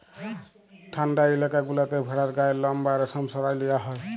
ঠাল্ডা ইলাকা গুলাতে ভেড়ার গায়ের লম বা রেশম সরাঁয় লিয়া হ্যয়